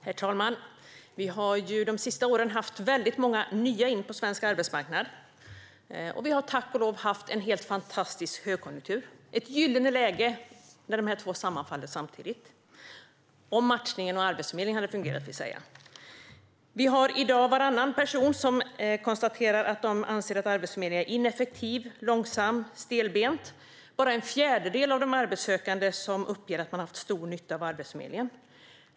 Herr talman! Vi har de senaste åren fått väldigt många nya in på svensk arbetsmarknad. Vi har tack och lov haft en helt fantastisk högkonjunktur. Det är ett gyllene läge när de två inträffar samtidigt, om matchningen och Arbetsförmedlingen hade fungerat vill säga. I dag anser varannan person att Arbetsförmedlingen är ineffektiv, långsam och stelbent. Det är bara en fjärdedel av de arbetssökande som uppger att de har haft stor nytta av Arbetsförmedlingen.